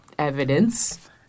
Evidence